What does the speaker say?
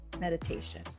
meditation